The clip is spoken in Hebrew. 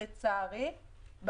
לצערי,